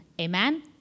Amen